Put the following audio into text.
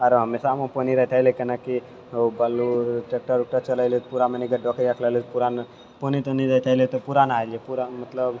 आओर हमेशा पानि रहिते लगिते नहि कि ओ बालू टैक्टर उक्टर चलै रहै पूरा पानि तानि रहितै तै लेल तऽ पूरा नहाइए पूरा तऽ मतलब